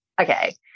okay